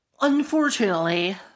Unfortunately